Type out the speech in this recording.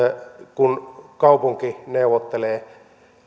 kun kaupunki neuvottelee